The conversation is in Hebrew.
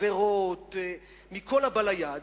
גזירות מכל הבא ליד,